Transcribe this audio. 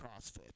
CrossFit